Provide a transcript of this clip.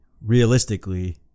realistically